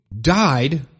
died